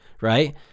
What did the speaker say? Right